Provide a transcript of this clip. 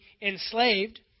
enslaved